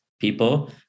people